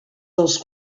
dels